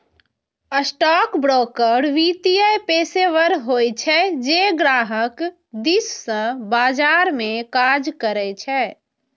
stockbroker वित्तीय पेशेवर होइ छै, जे ग्राहक दिस सं बाजार मे काज करै छै